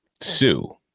sue